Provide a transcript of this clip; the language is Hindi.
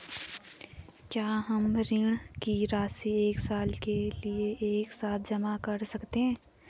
क्या हम ऋण की राशि एक साल के लिए एक साथ जमा कर सकते हैं?